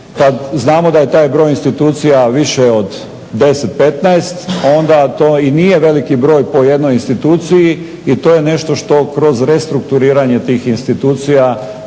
kada znamo da je taj broj institucija više od 10. 15 onda to i nije veliki broj po jednoj instituciji i to je nešto što kroz restrukturiranje tih institucija